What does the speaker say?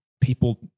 people